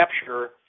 capture